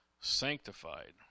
Sanctified